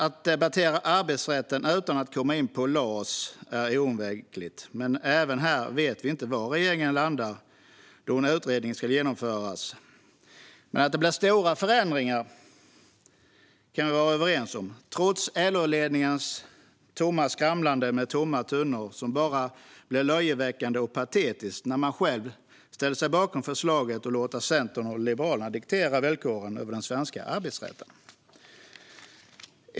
Att debattera arbetsrätten utan att komma in på LAS är oundvikligt, men även här vet vi inte var regeringen landar då en utredning ska genomföras. Men att det blir stora förändringar kan vi vara överens om trots LO-ledningens skramlande med tomma tunnor, som bara blir löjeväckande och patetiskt när man själv har ställt sig bakom förslaget att låta Centern och Liberalerna diktera villkoren för den svenska arbetsrätten.